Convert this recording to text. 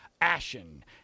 ashen